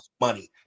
money